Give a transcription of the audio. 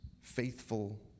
faithful